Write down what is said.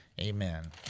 Amen